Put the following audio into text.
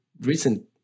recent